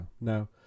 Now